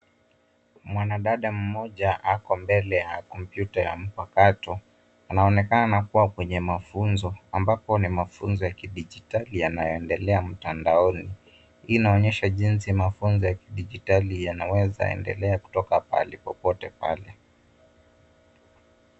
Mwanadada mmoja ako mbele ya kompyuta ya mpakato. Anaonekana kua kwenye mafunzo, ambapo ni mafunzo ya kidijitali yanayoendelea mtandaoni. Hii inaonyesha jinsi mafunzo ya kidijitali yanaweza endelea kutoka pahali popote pale.